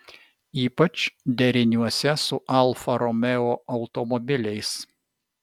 ypač deriniuose su alfa romeo automobiliais